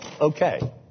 okay